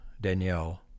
Danielle